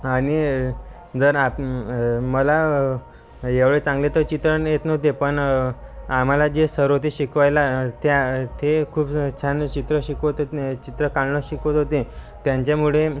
आणि जर आ मला एवढे चांगले तर चित्र येत नव्हते पण आम्हाला जे सर होते शिकवायला त्या ते खूप छान चित्र शिकवत चित्र काढणं शिकवत होते त्यांच्यामुळे